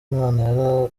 imana